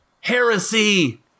heresy